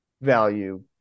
value